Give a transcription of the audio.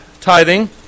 tithing